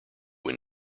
when